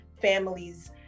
families